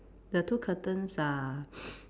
the two curtains are